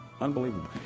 unbelievable